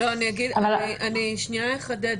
אני אחדד.